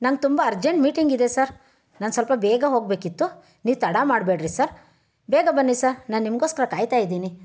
ನಂಗೆ ತುಂಬ ಅರ್ಜೆಂಟ್ ಮೀಟಿಂಗಿದೆ ಸರ್ ನಾನು ಸ್ವಲ್ಪ ಬೇಗ ಹೋಗಬೇಕಿತ್ತು ನೀವು ತಡ ಮಾಡ್ಬೇಡ್ರಿ ಸರ್ ಬೇಗ ಬನ್ನಿ ಸರ್ ನಾನು ನಿಮಗೋಸ್ಕರ ಕಾಯ್ತಾ ಇದ್ದೀನಿ